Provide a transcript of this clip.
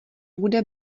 bude